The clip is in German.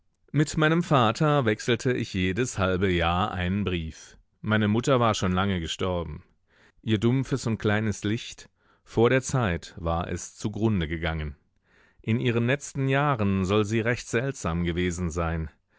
mit meinem vater wechselte ich jedes halbe jahr einen brief meine mutter war schon lange gestorben ihr dumpfes und kleines licht vor der zeit war es zugrunde gegangen in ihren letzten jahren soll sie recht seltsam gewesen sein